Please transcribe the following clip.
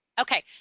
Okay